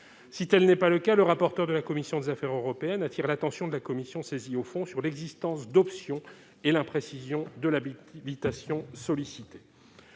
si elle n'est pas le cas, le rapporteur de la commission des Affaires européennes, attire l'attention de la commission, saisie au fond sur l'existence d'option et l'imprécision de l'Abitibi invitation sollicité